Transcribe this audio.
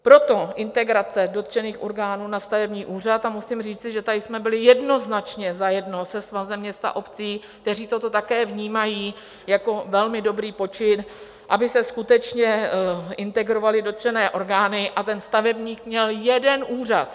Proto integrace dotčených orgánů na stavební úřad a musím říci, že tady jsme byli jednoznačně zajedno se Svazem měst a obcí, který toto také vnímá jako velmi dobrý počin, aby se skutečně integrovaly dotčené orgány a ten stavebník měl jeden úřad.